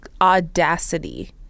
audacity